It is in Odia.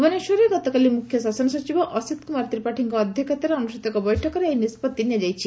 ଭୁବନେଶ୍ୱରରେ ଗତକାଲି ମୁଖ୍ୟ ଶାସନ ସଚିବ ଅସୀତ କୁମାର ତ୍ରିପାଠୀଙ୍କ ଅଧ୍ଘକ୍ଷତାରେ ଅନୁଷ୍ଡିତ ଏକ ବୈଠକରେ ଏହି ନିଷ୍ବଭି ନିଆଯାଇଛି